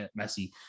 Messi